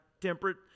temperate